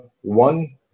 one